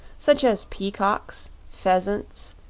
such as peacocks, pheasants,